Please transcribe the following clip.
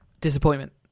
disappointment